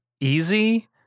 easy